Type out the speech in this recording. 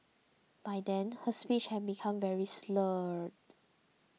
by then her speech had become very slurred